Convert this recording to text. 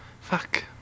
fuck